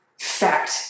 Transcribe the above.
fact